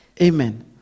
Amen